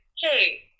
hey